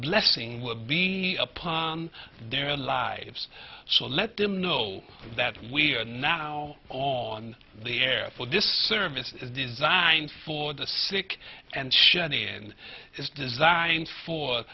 blessing will be upon their lives so let them know that we are now on the air for this service is designed for the sick and shadi and is designed for